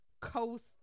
coast